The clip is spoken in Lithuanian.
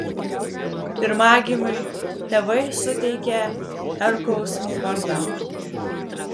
pirmagimiui tėvai suteikė herkaus vardą